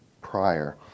prior